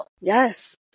Yes